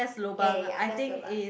ya ya ya best lobang